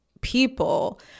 people